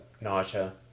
Nausea